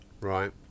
Right